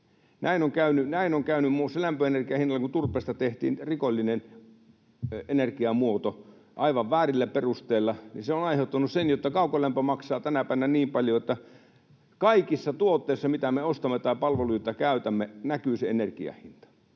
Näin on käynyt muun muassa lämpöenergian hinnalle, kun turpeesta tehtiin rikollinen energiamuoto, aivan väärillä perusteilla. Se on aiheuttanut sen, että kaukolämpö maksaa tänäpänä niin paljon, että kaikissa tuotteissa, mitä me ostamme tai palveluita käytämme, näkyy se energian hinta.